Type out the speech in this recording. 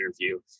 interview